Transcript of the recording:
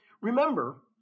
remember